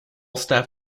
staff